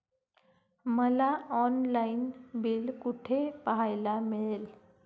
मला online bill कुठे पाहायला मिळेल?